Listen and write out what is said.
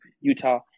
Utah